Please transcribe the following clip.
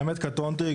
האמת קטונתי,